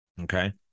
Okay